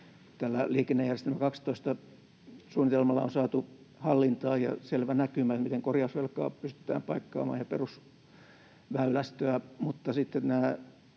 12-liikennejärjestelmäsuunnitelmalla on saatu hallintaan jo selvä näkymä, miten korjausvelkaa ja perusväylästöä